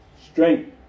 strength